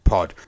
Pod